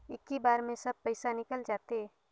इक्की बार मे सब पइसा निकल जाते?